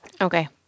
Okay